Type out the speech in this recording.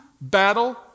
battle